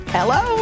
Hello